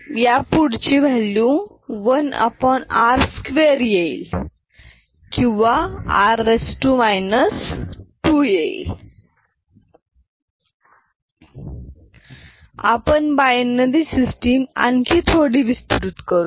पुढची value 1r2 येईल किंवा r 2 आपण बायनरी सिस्टम आणखी थोडी विस्तृत करूया